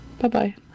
Bye-bye